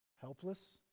helpless